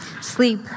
Sleep